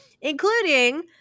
including